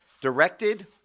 directed